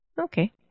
Okay